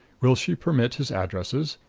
will she permit his addresses?